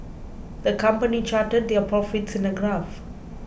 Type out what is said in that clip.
the company charted their profits in a graph